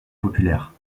populaires